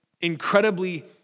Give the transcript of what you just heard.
incredibly